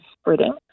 spreading